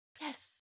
yes